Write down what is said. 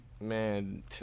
Man